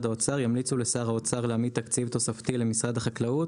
האוצר ימליצו לשר האוצר להעמיד תקציב תוספתי למשרד החקלאות,